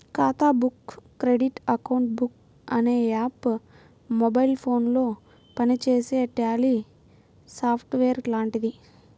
ఖాతా book credit account book అనే app mobile ఫోనులో పనిచేసే ట్యాలీ సాఫ్ట్ వేర్ లాంటిది